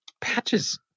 patches